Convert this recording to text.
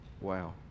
Wow